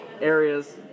areas